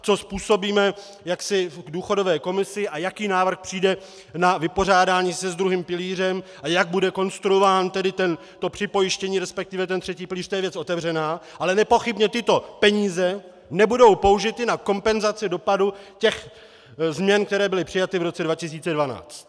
Co způsobíme důchodové komisi a jaký návrh přijde na vypořádání se s druhým pilířem a jak bude konstruováno to připojištění, resp. třetí pilíř, to je věc otevřená, ale nepochybně tyto peníze nebudou použity na kompenzace dopadů těch změn, které byly přijaty v roce 2012.